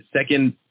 second